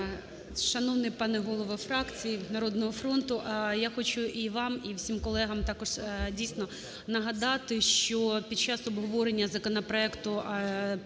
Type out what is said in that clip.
Дякую.